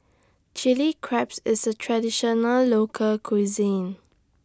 Chili Crabs IS A Traditional Local Cuisine